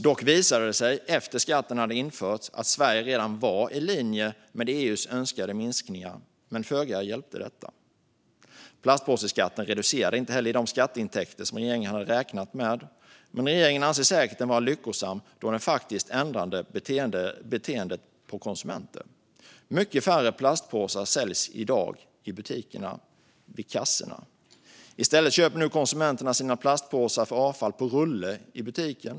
Dock visade det sig efter det att skatten hade införts att Sverige redan var i linje med EU:s önskade minskningar, men föga hjälpte detta. Plastpåseskatten resulterade inte heller i de skatteintäkter som regeringen hade räknat med, men regeringen anser den säkert vara lyckosam då den faktiskt förändrade beteendet hos konsumenter. Mycket färre plastpåsar säljs i dag i butikerna - vid kassorna. I stället köper nu konsumenterna sina plastpåsar för avfall på rulle i butiken.